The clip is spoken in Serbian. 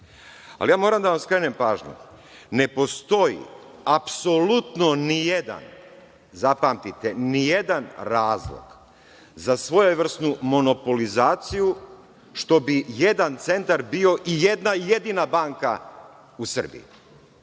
Ali, ja moram da vam skrenem pažnju da ne postoji apsolutno nijedan, zapamtite, nijedan razlog za svojevrsnu monopolizaciju što bi jedan centar bio i jedna jedina banka u Srbiji.